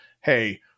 Hey